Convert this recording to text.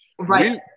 right